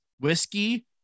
whiskey